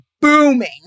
booming